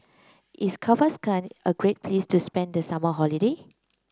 is Kazakhstan a great place to spend the summer holiday